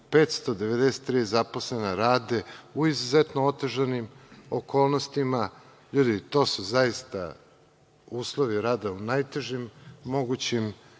593 zaposlena rade u izuzetno otežanim okolnostima. LJudi, to su zaista uslovi rada u najtežim mogućim